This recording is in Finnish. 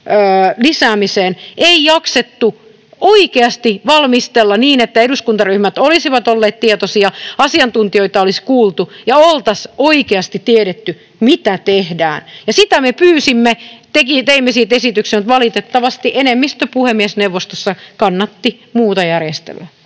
lisäämiseen, ei jaksettu oikeasti valmistella niin, että eduskuntaryhmät olisivat olleet tietoisia, asiantuntijoita olisi kuultu ja oltaisiin oikeasti tiedetty, mitä tehdään. Ja sitä me pyysimme, teimme siitä esityksen, mutta valitettavasti enemmistö puhemiesneuvostossa kannatti muuta järjestelyä.